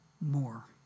more